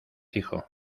hijo